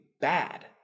bad